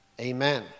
Amen